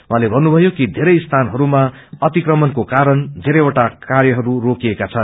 उहाँले भन्नुभयो कि वेरै जम्गाहरूमा अतिक्रमणको वारण वेरैवटा कामहरू रोकिएका छन्